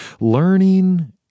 Learning